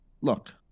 Look